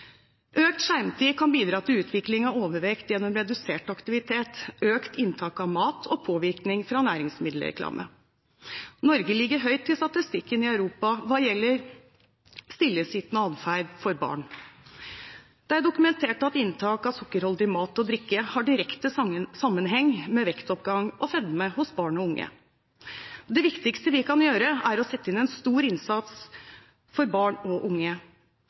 Økt skjermtid kan bidra til utvikling av overvekt gjennom redusert aktivitet, økt inntak av mat og påvirkning fra næringsmiddelreklame. Norge ligger høyt på statistikken i Europa hva gjelder stillesittende adferd for barn. Det er dokumentert at inntak av sukkerholdig mat og drikke har direkte sammenheng med vektoppgang og fedme hos barn og unge. Det viktigste vi kan gjøre, er å sette inn en stor innsats for barn og unge.